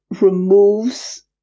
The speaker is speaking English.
removes